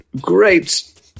great